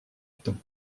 temps